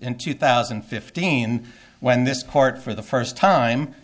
in two thousand and fifteen when this court for the first time